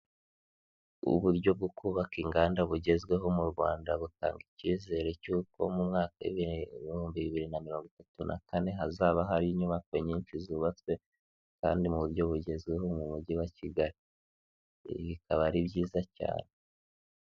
Uburyo bwo kubaka inganda bugezweho mu Rwanda, butanga icyizere cy'uko mu mwaka w'ibihumbi bibiri na mirongo itatu na kane, hazaba hari inyubako nyinshi zubatswe kandi mu buryo bugezweho mu Mujyi wa Kigali, ibi bikaba ari byiza cyane.